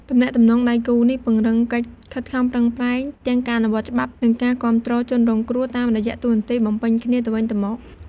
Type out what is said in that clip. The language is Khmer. ទំនាក់ទំនងដៃគូនេះពង្រឹងកិច្ចខិតខំប្រឹងប្រែងទាំងការអនុវត្តច្បាប់ និងការគាំទ្រជនរងគ្រោះ តាមរយៈតួនាទីបំពេញគ្នាទៅវិញទៅមក។